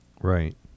Right